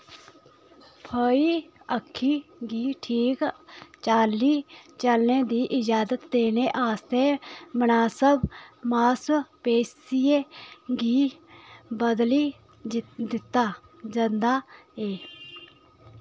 फ्ही आखगी ठीक चाल्ली चलने दी इजाजत देने आस्तै मनासब मांसपेशियें गी बदली दित्ता जंदा ऐ